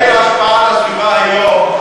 תסקיר ההשפעה על הסביבה היום,